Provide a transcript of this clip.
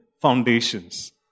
foundations